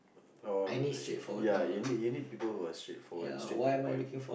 or like ya you need you need people who are straight forward straight to the point